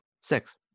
Six